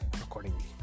accordingly